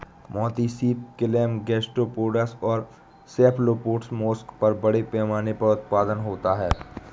मोती सीप, clam, gastropods और सेफलोपोड्स मोलस्क का बड़े पैमाने पर उत्पादन होता है